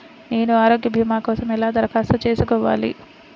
నేను ఆరోగ్య భీమా కోసం ఎలా దరఖాస్తు చేసుకోవాలి?